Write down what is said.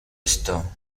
esto